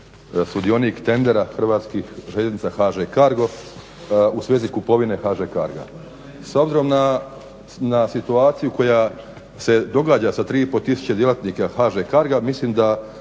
željeznica HŽ Cargo u svezi kupovine HŽ Cargo-a. S obzirom na situaciju koja se događa sa 3,5 tisuće djelatnika HŽ Cargo-a mislim da